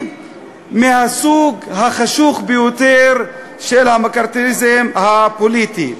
מהסוג החשוך ביותר של המקארתיזם הפוליטי.